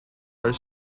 are